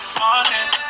morning